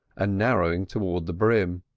and narrowing towards the brim.